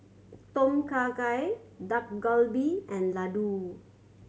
Tom Kha Gai Dak Galbi and Ladoo